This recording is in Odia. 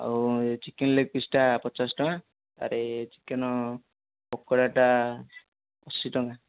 ଆଉ ଚିକେନ୍ ଲେଗ୍ ପିସ୍ଟା ପଚାଶ ଟଙ୍କା ଆରେ ଚିକେନ୍ ପକୋଡ଼ାଟା ଅଶୀ ଟଙ୍କା